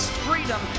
freedom